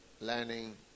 learning